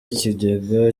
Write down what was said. ikigega